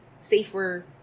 safer